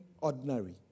ordinary